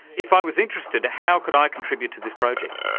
if i was interested, how could i contribute to this project?